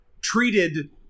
treated